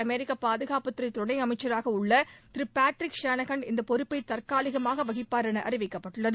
அமெரிக்க பாதுகாப்புத்துறை துணை அமைச்சராக உள்ள திரு பேட்ரிக் ஷானஹான் இந்த பொறுப்பை தற்காலிகமாக வகிப்பார் என அறிவிக்கப்பட்டுள்ளது